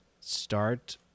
start